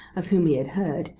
of whom he had heard,